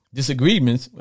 Disagreements